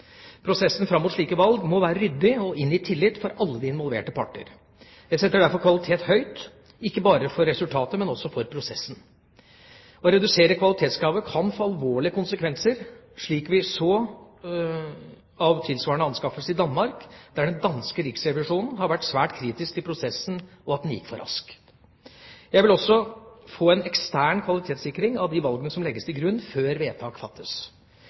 Prosessen fram mot slike valg må være ryddig og inngi tillit for alle involverte parter. Jeg setter derfor kvalitet høyt – ikke bare for resultatet, men også for prosessen. Å redusere kvalitetskravet kan få alvorlige konsekvenser, slik vi så ved tilsvarende anskaffelse i Danmark, der den danske riksrevisjonen har vært svært kritisk til prosessen og mente at den gikk for raskt. Jeg vil også få en ekstern kvalitetssikring av de valgene som legges til grunn før vedtak fattes.